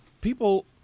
People